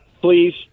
please